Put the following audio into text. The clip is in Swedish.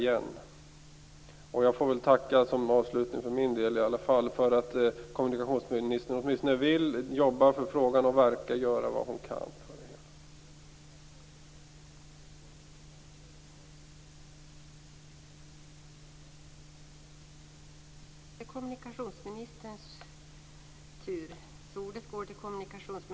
För min del får jag avslutningsvis tacka kommunikationsministern för att hon åtminstone vill jobba för frågan och för att hon verkar göra vad hon kan för det hela.